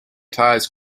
ties